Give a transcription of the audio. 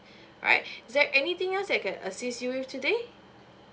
alright is there anything else I can assist you with today